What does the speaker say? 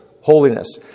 holiness